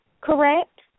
correct